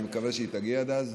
אני מקווה שהיא תגיע עד אז.